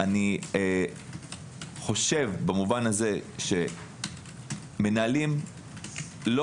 אני חושב במובן הזה שמנהלים לא